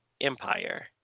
empire